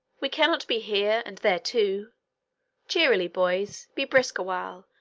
we cannot be here and there too cheerly, boys be brisk awhile,